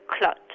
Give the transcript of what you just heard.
clot